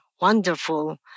wonderful